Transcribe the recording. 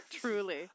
Truly